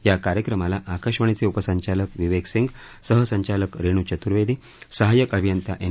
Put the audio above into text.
या कार्यक्रमाला आकाशवाणीचे उपसंचालक विवेक सिंग सहसंचालक रेणू चर्त्वेदी सहाय्यक अभियंता एन